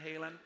Halen